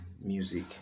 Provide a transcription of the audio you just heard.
music